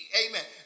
amen